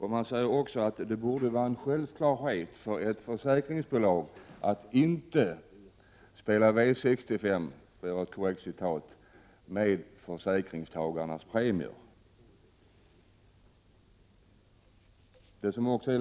Han säger också att det borde vara en självklarhet för ett försäkringsbolag att inte spela V 65 med försäkringstagarnas premier.